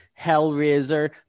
Hellraiser